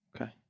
Okay